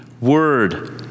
Word